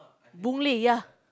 Boon-Lay ya